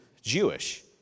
Jewish